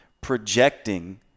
projecting